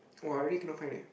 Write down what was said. [wah] I really cannot find leh